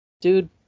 Dude